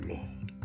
Lord